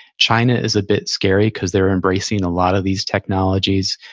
china is a bit scary because they're embracing a lot of these technologies.